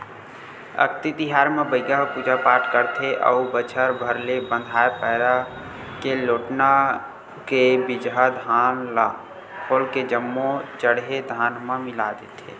अक्ती तिहार म बइगा ह पूजा पाठ करथे अउ बछर भर ले बंधाए पैरा के लोटना के बिजहा धान ल खोल के जम्मो चड़हे धान म मिला देथे